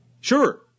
Sure